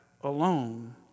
alone